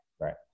Right